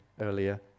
earlier